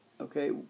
okay